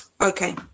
Okay